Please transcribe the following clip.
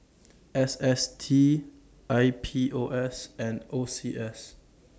S S T I P O S and O C S